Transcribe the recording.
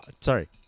sorry